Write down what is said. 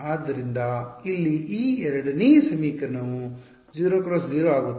ಆದ್ದರಿಂದ ಇಲ್ಲಿ ಈ 2 ನೇ ಸಮೀಕರಣವು 0x0 ಆಗುತ್ತದೆ